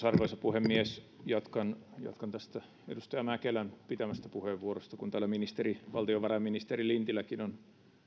arvoisa puhemies jatkan tästä edustaja mäkelän pitämästä puheenvuorosta kun täällä valtiovarainministeri lintiläkin on